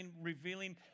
revealing